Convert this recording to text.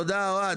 תודה, אוהד.